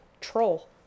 troll